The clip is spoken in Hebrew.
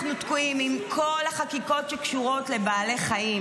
אנחנו תקועים עם כל החקיקות שקשורות לבעלי חיים,